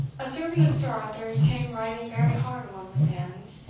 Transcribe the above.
a servant of sir arthur's came riding very hard along the sands,